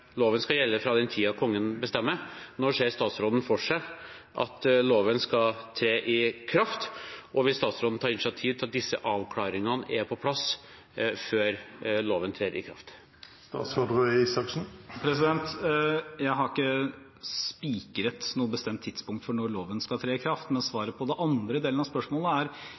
loven skal tre i kraft, og vil statsråden ta initiativ til at disse avklaringene er på plass før loven trer i kraft? Jeg har ikke spikret noe bestemt tidspunkt for når loven skal tre i kraft, men svaret på den andre delen av spørsmålet er: